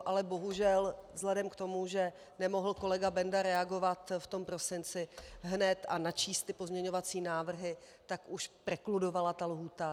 Ale bohužel vzhledem k tomu, že nemohlo kolega Benda reagovat v prosinci hned a načíst pozměňovací návrhy, tak už prekludovala ta lhůta.